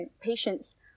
patients